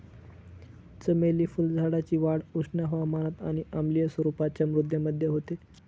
चमेली फुलझाडाची वाढ उष्ण हवामानात आणि आम्लीय स्वरूपाच्या मृदेमध्ये होते